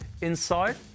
Inside